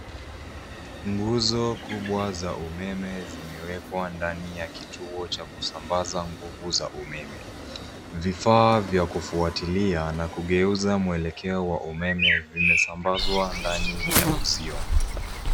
Nguzo kubwa za umeme zimewekwa ndani ya kituo cha kusambaza nguvu za umeme. Vifaa vya kufuatilia na kugeuza mwelekeo wa umeme vimesambazwa ndani ya uzio.